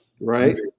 Right